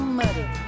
muddy